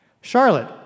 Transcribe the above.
Charlotte